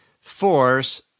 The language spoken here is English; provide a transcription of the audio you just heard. force